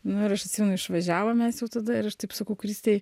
nu ir aš atsimenu išvažiavom mes jau tada ir aš taip sakau kristei